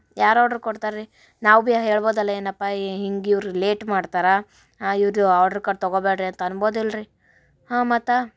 ಯಾರು ಆಡ್ರ್ ಕೊಡ್ತಾರೆ ರೀ ನಾವು ಭೀ ಹೇಳ್ಬೋದಲ್ಲ ಏನಪ್ಪ ಹಿಂಗೆ ಇವರು ಲೇಟ್ ಮಾಡ್ತಾರೆ ಇವ್ರದ್ದು ಆರ್ಡ್ರ್ ತಗೋಬೇಡ್ರಿ ಅಂತ ಅನ್ಬೋದಿಲ್ಲ ರೀ ಹಾಂ ಮತ್ತೆ